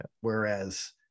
whereas